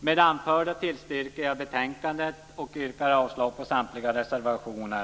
Med det anförda tillstyrker jag hemställan i betänkandet och yrkar avslag på samtliga reservationer.